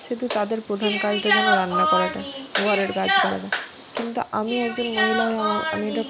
সেহেতু তাদের প্রধান কাজটা যেন রান্না করাটাই ঘরের কাজ করাটা কিন্তু আমি একজন মহিলা হয়ে আমার আমি এটা